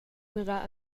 mirar